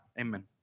Amen